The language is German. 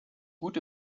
gut